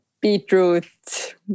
Beetroot